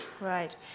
Right